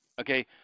okay